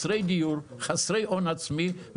חסרי הון עצמי,